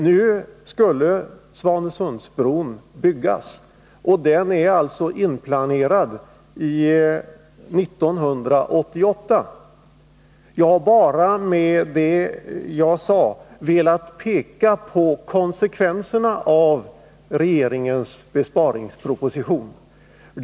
Nu är Svanesundsbron inplanerad att byggas 1988. Jag har med det jag sade bara velat peka på konsekvenserna av regeringens besparingsproposition.